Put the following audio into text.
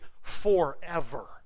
forever